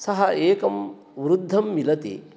सः एकं वृद्धं मिलति